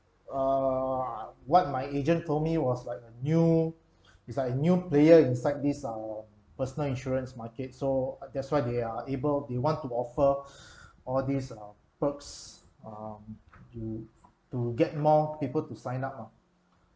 err what my agent told me was like new it's like a new player inside these uh personal insurance market so that's why they are able they want to offer all these uh perks um to to get more people to sign up ah